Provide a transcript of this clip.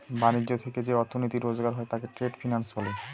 ব্যাণিজ্য থেকে যে অর্থনীতি রোজগার হয় তাকে ট্রেড ফিন্যান্স বলে